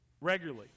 regularly